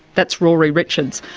that's rory richards,